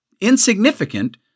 insignificant